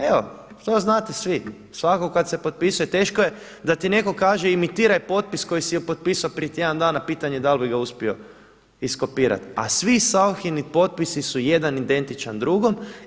Evo, sada znate svi, svatko kada se potpisuje teško je da ti netko kaže imitiraj potpis koji si potpisao prije tjedan dana pitanje je da li bi ga uspio iskopirati a svi Sauchini potpisi su jedan identičan drugom.